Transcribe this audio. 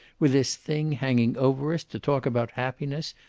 with this thing hanging over us, to talk about happiness?